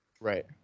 right